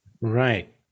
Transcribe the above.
Right